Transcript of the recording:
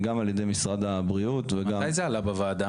גם על ידי משרד הבריאות וגם --- מתי זה עלה בוועדה?